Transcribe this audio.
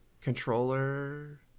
controller